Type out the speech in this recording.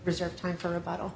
reserve time for a bottle